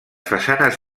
façanes